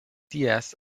diaz